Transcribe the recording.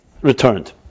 returned